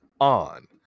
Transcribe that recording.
on